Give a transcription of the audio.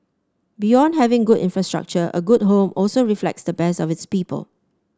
beyond having good infrastructure a good home also reflects the best of its people